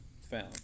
found